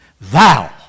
Thou